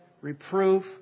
reproof